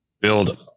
build